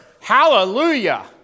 hallelujah